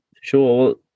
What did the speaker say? sure